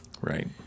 right